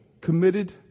committed